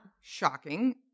Shocking